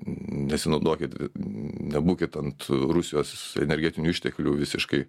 nesinaudokit nebūkit ant rusijos energetinių išteklių visiškai